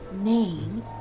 name